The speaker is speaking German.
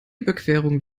überquerung